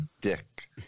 dick